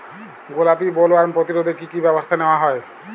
গোলাপী বোলওয়ার্ম প্রতিরোধে কী কী ব্যবস্থা নেওয়া হয়?